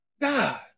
God